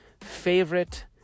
favorite